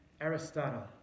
Aristotle